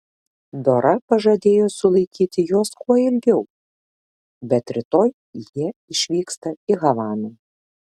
dora pažadėjo sulaikyti juos kuo ilgiau bet rytoj jie išvyksta į havaną